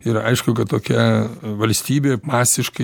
ir aišku kad tokia valstybė masiškai